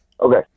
okay